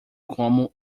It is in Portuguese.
como